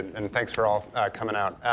and thanks for all coming out.